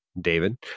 David